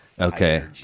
okay